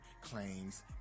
claims